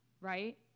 right